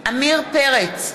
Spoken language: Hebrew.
עמיר פרץ,